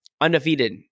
undefeated